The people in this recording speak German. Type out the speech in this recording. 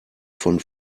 von